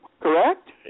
correct